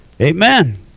Amen